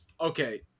Okay